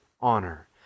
honor